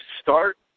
start